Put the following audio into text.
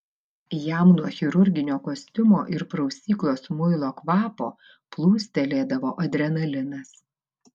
jam nuo chirurginio kostiumo ir prausyklos muilo kvapo plūstelėdavo adrenalinas